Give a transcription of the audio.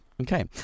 okay